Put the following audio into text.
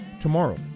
tomorrow